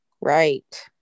right